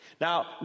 Now